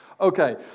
Okay